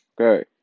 Okay